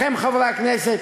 לכן, חברי הכנסת,